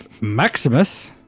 Maximus